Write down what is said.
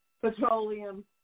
petroleum